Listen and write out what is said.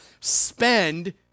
spend